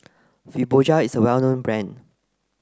Fibogel is a well known brand